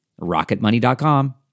rocketmoney.com